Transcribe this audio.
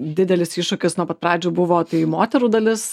didelis iššūkis nuo pat pradžių buvo tai moterų dalis